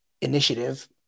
initiative